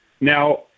Now